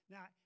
Now